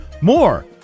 more